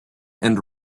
and